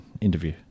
interview